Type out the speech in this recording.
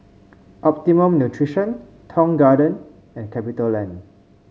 Optimum Nutrition Tong Garden and Capitaland